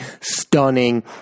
stunning